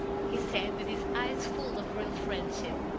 he said with his eyes full of real friendship.